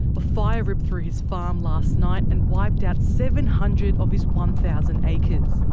but fire ripped through his farm last night and wiped out seven hundred of his one thousand acres.